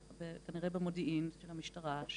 כנראה במודיעין של המשטרה,